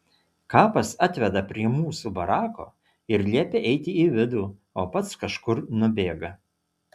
kapas atveda prie mūsų barako ir liepia eiti į vidų o pats kažkur nubėga